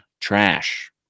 trash